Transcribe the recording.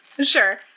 Sure